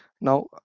now